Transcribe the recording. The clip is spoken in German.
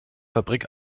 fabrik